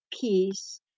peace